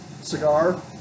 cigar